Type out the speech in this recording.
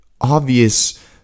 obvious